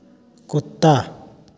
कुत्ता